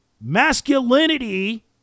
Masculinity